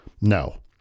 No